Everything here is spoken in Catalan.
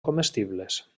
comestibles